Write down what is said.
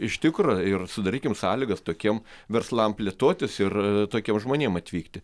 iš tikro ir sudarykim sąlygas tokiem verslam plėtotis ir tokiem žmonėm atvykti